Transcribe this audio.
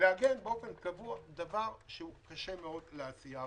לעגן באופן קבוע דבר שקשה מאוד לעשייה.